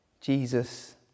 Jesus